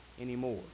anymore